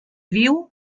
viu